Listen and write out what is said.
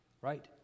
right